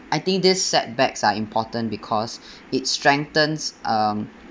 I think these setbacks are important because it strengthens um